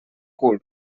cul